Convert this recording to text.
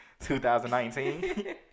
2019